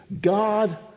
God